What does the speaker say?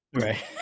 Right